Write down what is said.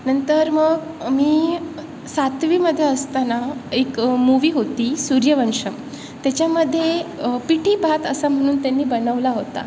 नंतर मग मी सातवीमध्ये असताना एक मूवी होती सूर्यवंशम त्याच्यामध्ये पिठी भात असं म्हणून त्यांनी बनवला होता